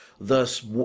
Thus